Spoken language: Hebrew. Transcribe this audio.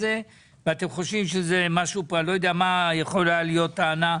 אופציה שנייה היא שתבואו עם תחשיב